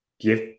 give